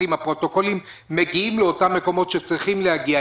הפרוטוקולים מגיעים לאותם מקומות שאליהם הם צריכים להגיע,